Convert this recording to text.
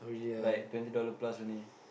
like twenty dollar plus only